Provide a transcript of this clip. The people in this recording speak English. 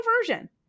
version